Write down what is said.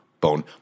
bone